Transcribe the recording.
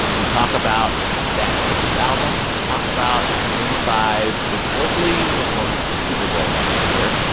we talk about that christmas album. we talk about maroon five reportedly performing at the super bowl next year,